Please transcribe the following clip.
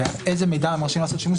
ובאיזה מידע הם רשאים לעשות שימוש.